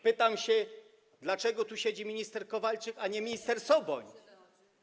Pytam: Dlaczego tu siedzi minister Kowalczyk, a nie minister Soboń?